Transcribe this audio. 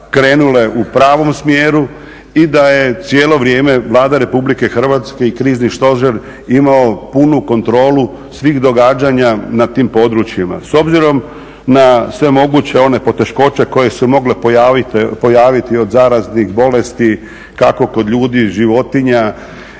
krenule u pravom smjeru i da je cijelo vrijeme Vlada RH i krizni stožer imao punu kontrolu svih događanja na tim područjima. S obzirom na sve moguće one poteškoće koje su se mogle pojaviti od zaraznih bolesti, kako kod ljudi, životinja